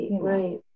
right